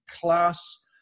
class